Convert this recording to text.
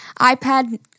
iPad